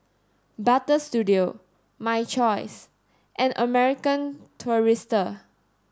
Butter Studio My Choice and American Tourister